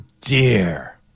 dear